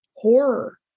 horror